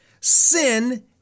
Sin